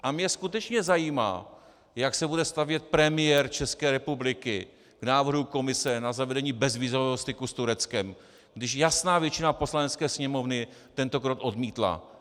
A mě skutečně zajímá, jak se bude stavět premiér České republiky k návrhu Komise na zavedení bezvízového styku s Tureckem, když jasná většina Poslanecké sněmovny tento krok odmítla.